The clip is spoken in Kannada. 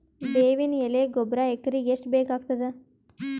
ಬೇವಿನ ಎಲೆ ಗೊಬರಾ ಎಕರೆಗ್ ಎಷ್ಟು ಬೇಕಗತಾದ?